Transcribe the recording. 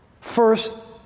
First